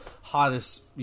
hottest